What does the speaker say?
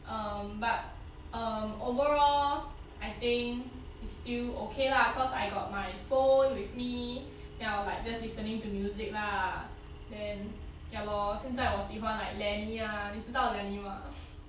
um but um overall I think it's still okay lah cause I got my phone with me I will like just listening to music lah then ya lor 现在我喜欢 like lany ah 你知道 lany 吗